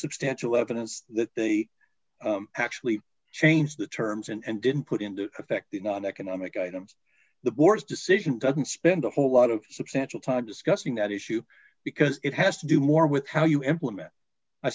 substantial evidence that they actually changed the terms and didn't put into effect the non economic items the board's decision doesn't spend a whole lot of substantial time discussing that issue because it has to do more with how you implement i